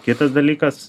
kitas dalykas